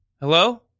hello